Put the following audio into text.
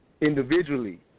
individually